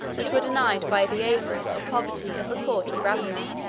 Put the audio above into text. which were denied by the avarice, or poverty, of the court of ravenna.